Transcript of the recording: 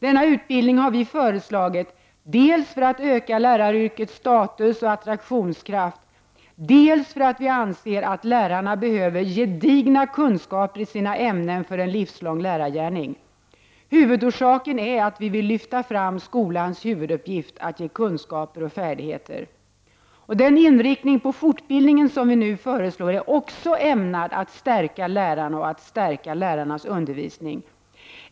Denna utbildning har vi föreslagit dels för att öka läraryrkets status och attraktionskraft, dels för att vi anser att lärarna behöver gedigna kunskaper i sina ämnen för en livslång lärargärning. Huvudorsaken är att vi vill lyfta fram skolans huvuduppgift — att ge kunskaper och färdigheter. Den inriktning på fortbildningen som vi nu föreslår är också ämnad att stärka lärarna och deras undervisning.